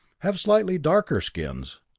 have slightly darker skins.